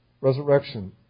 resurrection